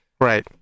Right